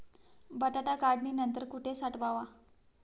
बटाटा काढणी नंतर कुठे साठवावा?